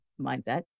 mindset